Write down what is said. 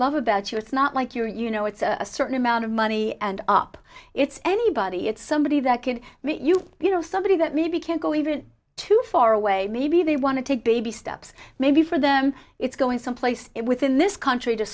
love about you it's not like you you know it's a certain amount of money and up it's anybody it's somebody that could be you you know somebody that maybe can't go even to far away maybe they want to take baby steps maybe for them it's going someplace it within this country to